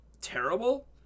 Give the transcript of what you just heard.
terrible